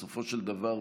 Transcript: בסופו של דבר,